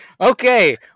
Okay